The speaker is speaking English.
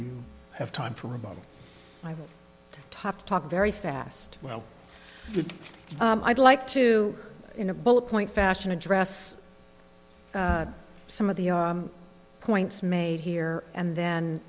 you have time for about my top talk very fast well i'd like to in a bullet point fashion address some of the points made here and then